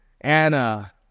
Anna